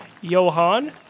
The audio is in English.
Johan